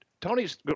Tony's